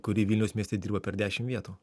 kuri vilniaus mieste dirba per dešim vietų